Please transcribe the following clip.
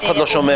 אף אחד לא שומע.